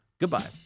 Goodbye